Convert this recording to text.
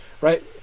right